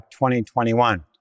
2021